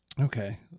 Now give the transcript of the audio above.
okay